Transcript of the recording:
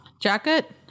Jacket